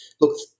Look